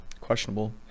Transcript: Questionable